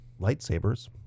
lightsabers